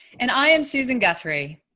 and i am susan guthrie.